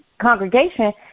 congregation